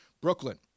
Brooklyn